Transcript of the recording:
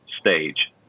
stage